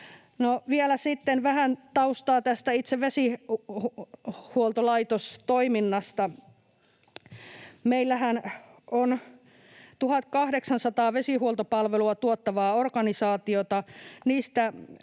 vielä vähän taustaa tästä itse vesihuoltolaitostoiminnasta. Meillähän on 1 800 vesihuoltopalvelua tuottavaa organisaatiota.